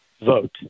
vote